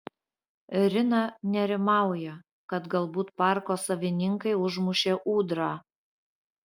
rina nerimauja kad galbūt parko savininkai užmušė ūdrą